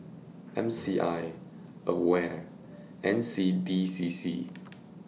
M C I AWARE N C D C C